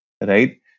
Right